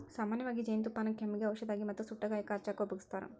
ಸಾಮನ್ಯವಾಗಿ ಜೇನುತುಪ್ಪಾನ ಕೆಮ್ಮಿಗೆ ಔಷದಾಗಿ ಮತ್ತ ಸುಟ್ಟ ಗಾಯಕ್ಕ ಹಚ್ಚಾಕ ಉಪಯೋಗಸ್ತಾರ